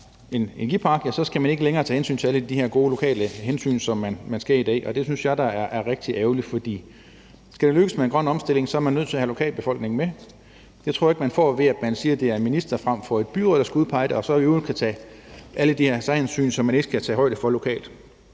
energipark, skal man ikke længere tage alle de her gode lokale hensyn, som man skal i dag. Og det synes jeg da er rigtig ærgerligt, for skal det lykkes med en grøn omstilling, så er man nødt til at have lokalbefolkningen med, og det tror jeg ikke at man får, ved at det er en minister frem for et byråd, der skal udpege det og i øvrigt ikke tage alle de her særhensyn, som man skal tage højde for lokalt.